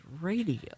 radio